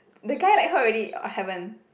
the guy like her already or haven't